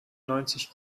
neunzig